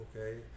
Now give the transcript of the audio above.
okay